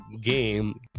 game